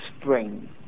spring